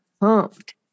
pumped